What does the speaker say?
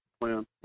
plan